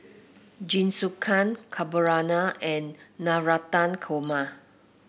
Jingisukan Carbonara and Navratan Korma